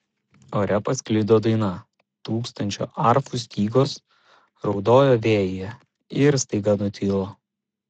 ore pasklido daina tūkstančio arfų stygos raudojo vėjyje ir staiga nutilo